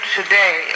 today